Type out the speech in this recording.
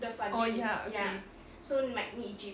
orh ya okay